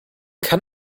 kann